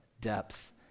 depth